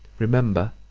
remember,